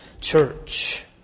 church